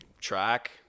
track